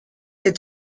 ces